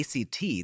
ACT